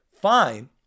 Fine